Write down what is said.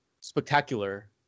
spectacular